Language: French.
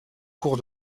cours